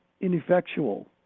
ineffectual